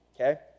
okay